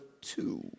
two